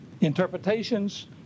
Interpretations